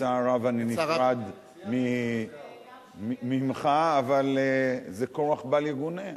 בצער רב אני נפרד ממך, אבל זה כורח בל יגונה.